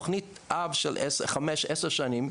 תוכנית אב של חמש-עשר שנים,